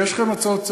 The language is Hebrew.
יש לכם הצעות לסדר.